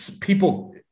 people